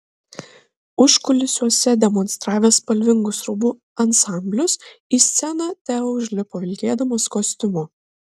užkulisiuose demonstravęs spalvingus rūbų ansamblius į sceną teo užlipo vilkėdamas kostiumu